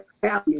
value